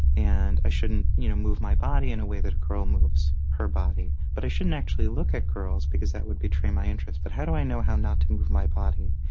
and i shouldn't you know move my body in a way that a girl moves her body. but i shouldn't actually look at girls, because that would betray my interest. but how do i know how not to move my body?